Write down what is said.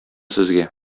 сезгә